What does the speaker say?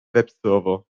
webserver